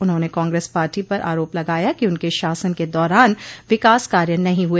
उन्होंने कांग्रेस पार्टी पर आरोप लगाया कि उनके शासन के दौरान विकास कार्य नही हुए